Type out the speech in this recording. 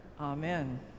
Amen